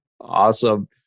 Awesome